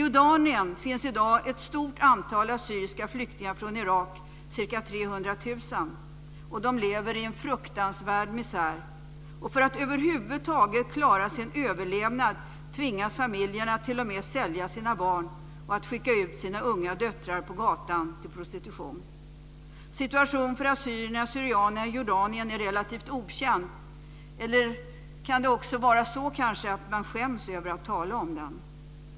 I Jordanien finns i dag ett stort antal assyriska flyktingar från Irak, ca 300 000. För att över huvud taget klara sin överlevnad tvingas familjerna t.o.m. att sälja sina barn och att skicka ut sina unga döttrar på gatan till prostitution. Situationen för assyrierna/syrianerna i Jordanien är relativt okänd - eller kan det vara så att man skäms över att tala om den?